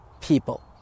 people